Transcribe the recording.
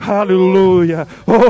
Hallelujah